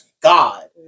God